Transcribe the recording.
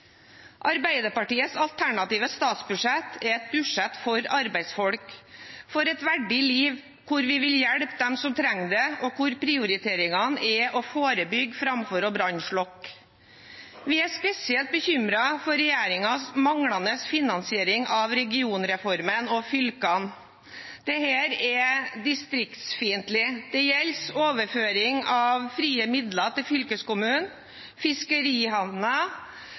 Arbeiderpartiets alternative statsbudsjett er et budsjett for arbeidsfolk, for et verdig liv. Vi vil hjelpe dem som trenger det, og prioriteringene er å forebygge framfor å brannslokke. Vi er spesielt bekymret for regjeringens manglende finansiering av regionreformen og fylkene. Dette er distriktsfiendtlig. Det gjelder overføring av frie midler til fylkeskommunene, fiskerihavner,